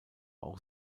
auch